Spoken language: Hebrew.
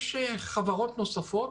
יש חברות נוספות,